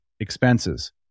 Expenses